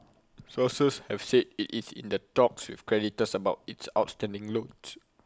sources have said IT is in the talks with creditors about its outstanding loans